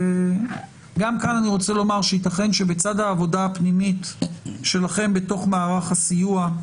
ואני רוצה לומר שגם כאן יתכן שבצד העבודה הפנימית שלכם בתוך מערך הסיוע,